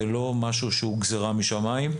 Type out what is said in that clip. זה לא משהו שהוא גזירה משמיים.